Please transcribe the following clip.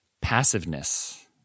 passiveness